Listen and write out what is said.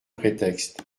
prétexte